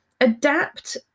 adapt